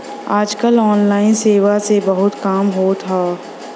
आज कल ऑनलाइन सेवा से बहुत काम होत हौ